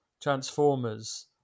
Transformers